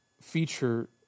feature